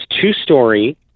two-story